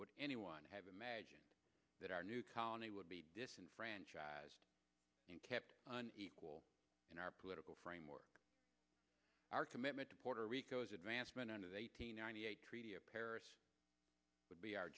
would anyone have imagined that our new colony would be disenfranchised and kept on equal in our political framework our commitment to puerto rico's advancement of the eighteen ninety eight treaty of paris would be